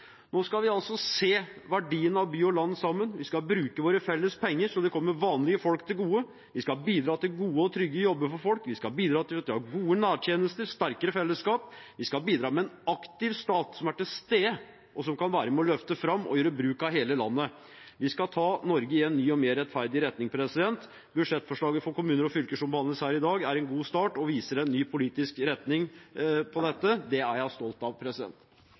Nå skal vi altså se verdien av by og land sammen. Vi skal bruke våre felles penger så de kommer vanlige folk til gode. Vi skal bidra til gode og trygge jobber for folk. Vi skal bidra til at vi har gode nærtjenester og sterkere fellesskap. Vi skal bidra med en aktiv stat, som er til stede, og som kan være med og løfte fram og gjøre bruk av hele landet. Vi skal ta Norge i en ny og mer rettferdig retning. Budsjettforslaget for kommuner og fylker som behandles her i dag, er en god start og viser en ny politisk retning for dette. Det er jeg stolt av.